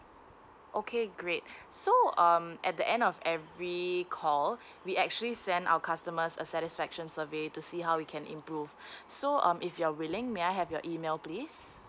okay great so um at the end of every call we actually send our customers a satisfaction survey to see how we can improve so um if you're willing may I have your email please